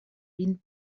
vint